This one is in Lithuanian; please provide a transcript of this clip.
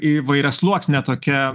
įvairiasluoksnė tokia